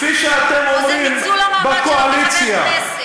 או שזה ניצול המעמד של חבר כנסת,